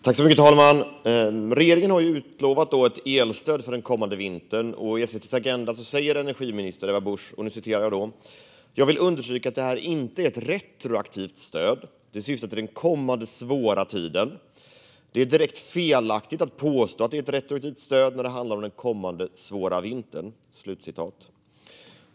Herr talman! Regeringen har utlovat ett elstöd för kommande vinter. I SVT:s Agenda sa energiminister Ebba Busch: "Jag vill understryka att det här är inte ett retroaktivt stöd. - Det syftar till den kommande svåra tiden. Det är direkt felaktigt att påstå att det är ett retroaktivt stöd när det handlar om den här kommande svåra vintern."